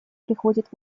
приходит